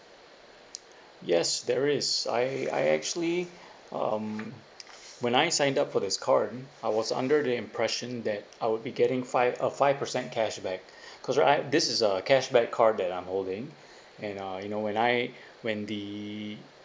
yes there is I I actually um when I signed up for this card I was under the impression that I would be getting five a five percent cashback because right this is a cashback card that I'm holding and uh you know when I when the